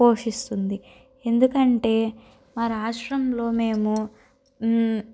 పోషిస్తుంది ఎందుకంటే మా రాష్ట్రంలో మేము